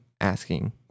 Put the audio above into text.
asking